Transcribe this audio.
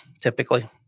typically